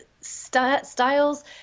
styles